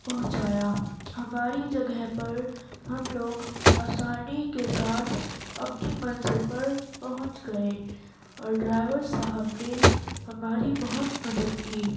پہنچایا ہماری جگہ پر ہم لوگ آسانی کے ساتھ اپںی منزل پر پہنچ گئے اور ڈرائیور صاحب نے ہماری بہت مدد کی